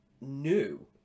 new